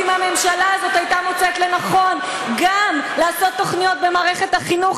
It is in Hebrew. אם הממשלה הזאת הייתה מוצאת לנכון גם לעשות תוכניות במערכת החינוך